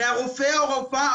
מהרופא או הרופאה,